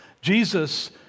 Jesus